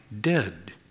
dead